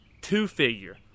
two-figure